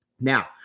Now